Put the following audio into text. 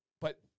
But-